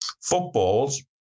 footballs